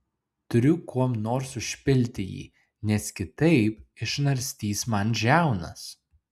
turiu kuom nors užpilti jį nes kitaip išnarstys man žiaunas